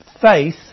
faith